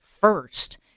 first